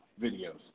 videos